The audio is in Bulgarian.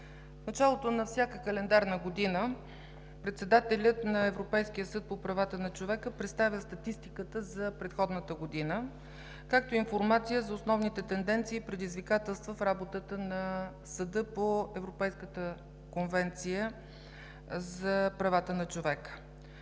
началото на всяка календарна година председателят на Европейския съд по правата на човека представя статистиката за предходната година, както и информация за основните тенденции и предизвикателства в работата на Съда по Европейската конвенция за правата на човека.